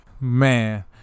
man